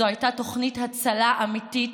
זו הייתה תוכנית הצלה אמיתית,